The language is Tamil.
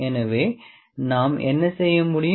எனவே நாம் என்ன செய்ய முடியும்